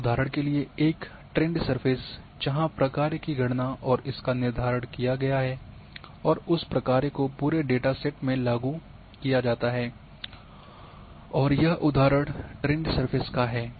और उदाहरण के लिए एक ट्रेंड सर्फेस जहां प्रकार की गणना और इसका निर्धारण किया गया है और उस प्रकार को पूरे डेटा सेट में लागू किया जाता है और यह उदाहरण ट्रेंड सर्फेस का है